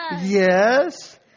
Yes